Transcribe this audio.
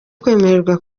kwemererwa